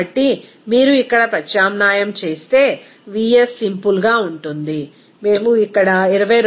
కాబట్టి మీరు ఇక్కడ ప్రత్యామ్నాయం చేస్తే vs సింపుల్గా ఉంటుంది మేము ఇక్కడ 22